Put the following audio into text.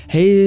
Hey